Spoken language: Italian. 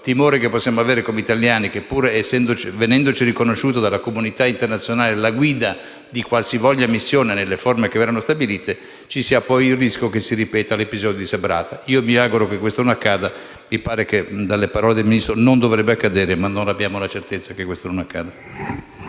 timore che possiamo avere come italiani è che, pur venendoci riconosciuta dalla comunità internazionale la guida di qualsivoglia missione, nelle forme che verranno stabilite, ci sia il rischio che si ripeta l'episodio di Sabrata. Mi auguro che questo non accada. Dalle parole del Ministro non dovrebbe accadere, ma non ne abbiamo le certezza.